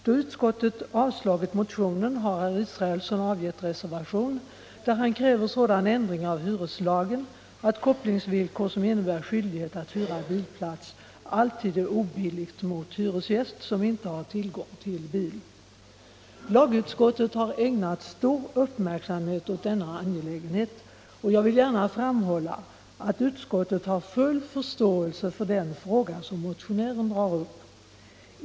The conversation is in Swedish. Då utskottet avstyrkt motionen har herr Israelsson avgett reservation, där han kräver sådan ändring av hyreslagen att kopplingsvillkor som innebär skyldighet att hyra bilplats alltid är obilligt mot hyresgäst som inte har tillgång till bil. Lagutskottet har ägnat stor uppmärksamhet åt denna angelägenhet, och jag vill gärna framhålla att utskottet har full förståelse för den fråga som motionären drar upp.